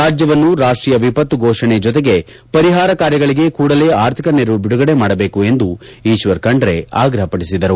ರಾಜ್ಯವನ್ನು ರಾಷ್ಟೀಯ ವಿಪತ್ತು ಘೋಷಣೆ ಜೊತೆಗೆ ಪರಿಹಾರ ಕಾರ್ಯಗಳಿಗೆ ಕೂಡಲೇ ಆರ್ಥಿಕ ನೆರವು ಬಿಡುಗಡೆ ಮಾಡಬೇಕು ಎಂದು ಈಶ್ವರ ಖಂಡ್ರೆ ಆಗ್ರಹ ಪಡಿಸಿದರು